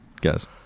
Guys